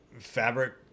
fabric